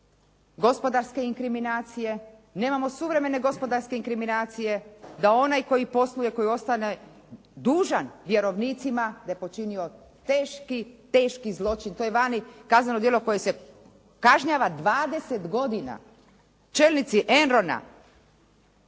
gospodarske inkriminacije, nemamo suvremene gospodarske inkriminacije da onaj koji posluje koji ostaje dužan vjerovnicima da je počinio teški, teški zločin. To je vani kazneno djelo koje se kažnjava 20 godina. Čelnici Enrona